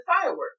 fireworks